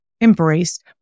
embrace